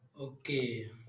Okay